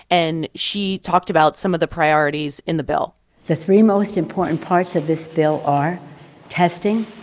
and she talked about some of the priorities in the bill the three most important parts of this bill are testing,